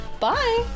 Bye